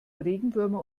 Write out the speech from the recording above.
regenwürmer